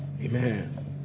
Amen